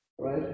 right